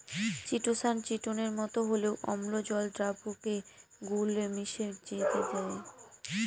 chitosan চিটোনের মতো হলেও অম্ল জল দ্রাবকে গুলে গিয়ে মিশে যেতে পারে